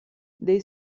dei